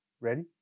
ready